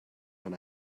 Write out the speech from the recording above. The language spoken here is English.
when